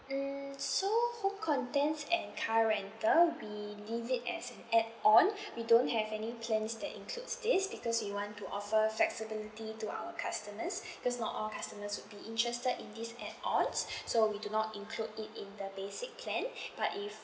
mm so home contents and car rental we leave it as an add on we don't have any plans that include these because we want to offer flexibility to our customers cause not all customers would be interested in these add ons so we do not include it in the basic plan but if